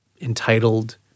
entitled